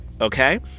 okay